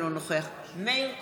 אינו נוכח מאיר כהן,